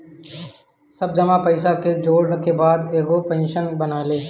सब जमा पईसा के जोड़ के बाद में एगो पेंशन बनेला